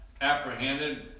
apprehended